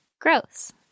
Gross